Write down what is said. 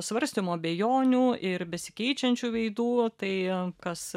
svarstymų abejonių ir besikeičiančių veidų tai kas